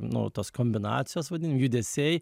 nu tos kombinacijos vadinkim judesiai